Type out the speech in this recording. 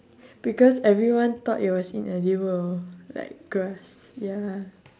because everyone thought it was inedible like grass ya